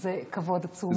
זה כבוד עצום עבורנו.